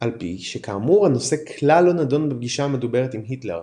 על פי שכאמור הנושא כלל לא נדון בפגישה המדוברת עם היטלר.